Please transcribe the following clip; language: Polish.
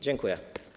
Dziękuję.